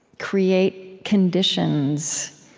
create conditions